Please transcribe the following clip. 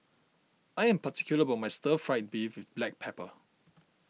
I am particular about my Stir Fried Beef with Black Pepper